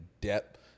depth